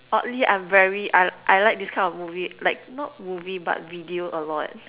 oddly I'm very I I like this kind of movie like not movie but video a lot